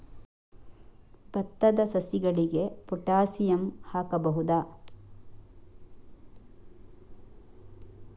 ಭತ್ತದ ಸಸಿಗಳಿಗೆ ಪೊಟ್ಯಾಸಿಯಂ ಹಾಕಬಹುದಾ?